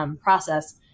process